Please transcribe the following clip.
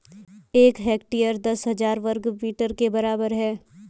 एक हेक्टेयर दस हजार वर्ग मीटर के बराबर है